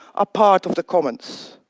ah part of the commons?